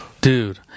Dude